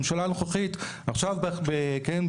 הממשלה הנוכחית עכשיו, כן?